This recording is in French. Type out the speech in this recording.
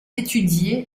étudié